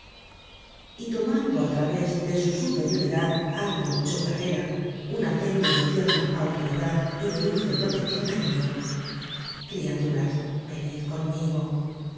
y tomando al través de su superioridad algo chocarrera un acento de tierna autoridad y de dulce proteccion añadió criaturas venid conmigo